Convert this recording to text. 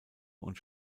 und